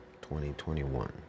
2021